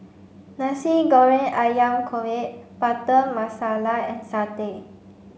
Nasi Goreng Ayam Kunyit Butter Masala and satay